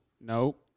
nope